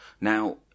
now